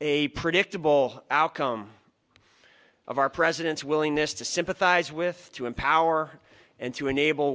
a predictable outcome of our president's willingness to sympathize with to empower and to enable